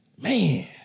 Man